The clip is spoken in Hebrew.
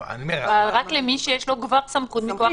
רק למי שיש לו כבר סמכות.